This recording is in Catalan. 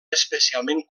especialment